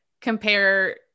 compare